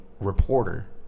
reporter